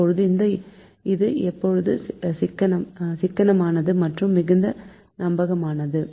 இப்போது இது எப்போதும் சிக்கனமானது மற்றும் மிகுந்த நம்பகமானது